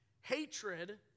hatred